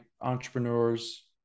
entrepreneurs